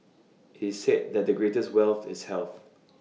IT is said that the greatest wealth is health